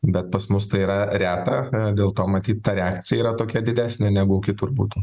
bet pas mus tai yra reta dėl to matyt ta reakcija yra tokia didesnė negu kitur būtų